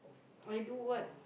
I do what